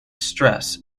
stress